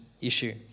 issue